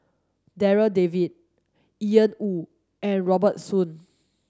Darryl David Ian Woo and Robert Soon